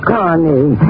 Connie